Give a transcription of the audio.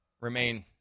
remain